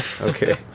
Okay